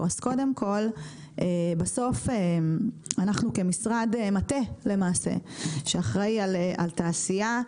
אז קודם כל בסוף אנחנו כמשרד מטה למעשה שאחראי על תעשייה,